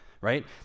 right